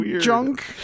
junk